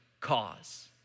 cause